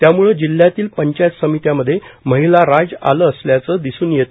त्याम्ळं जिल्ह्यातील पंचायत समित्यामध्ये महिलाराज आलं असल्याचं दिसून येत